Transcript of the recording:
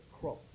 crop